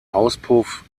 auspuff